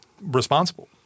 responsible